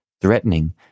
threatening